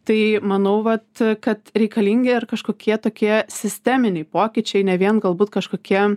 tai manau vat kad reikalingi ir kažkokie tokie sisteminiai pokyčiai ne vien galbūt kažkokie